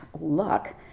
luck